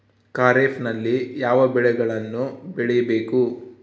ಖಾರೇಫ್ ನಲ್ಲಿ ಯಾವ ಬೆಳೆಗಳನ್ನು ಬೆಳಿಬೇಕು?